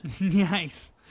Nice